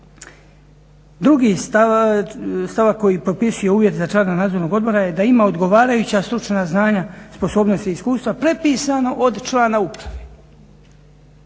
Drugi stavak koji propisuje uvjet za člana Nadzornog odbora je da ima odgovarajuća stručna znanja, sposobnosti i iskustva prepisano od člana uprave.